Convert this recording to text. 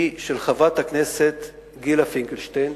היא של חברת הכנסת לשעבר גילה פינקלשטיין.